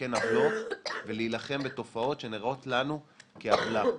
ולתקן עוולות ולהילחם בתופעות שנראות לנו כעוולה.